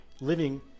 living